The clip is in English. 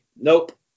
nope